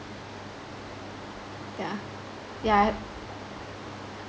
yeah yeah